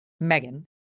Megan